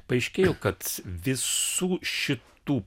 paaiškėjo kad visų šitų